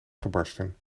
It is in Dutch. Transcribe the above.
gebarsten